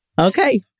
Okay